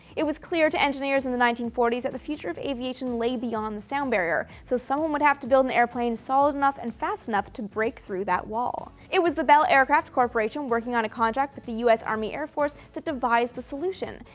it was clear to engineers in the nineteen forty s that the future of aviation lay beyond the sound barrier, so someone would have to build an airplane solid enough and fast enough to break through that wall. it was the bell aircraft corporation working on a contract with the us army air force that devised the solution.